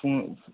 फुं